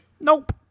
Nope